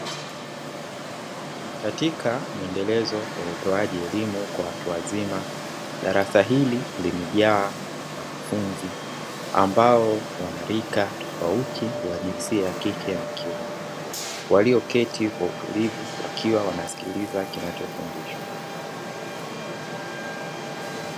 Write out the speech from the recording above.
Katika muendelezo wa utoaji wa elimu ya watu wazima, darasa hili limejaa wanafunzi ambao wana rika tofauti wa jinsia ya kike na kiume, walioketi kwa utulivu wakiwa wanasikiliza kinachofundishwa.